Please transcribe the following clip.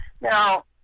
now